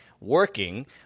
working